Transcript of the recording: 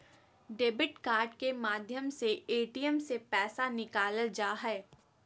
debit card के माध्यम से ए.टी.एम से पैसा निकालल जा हय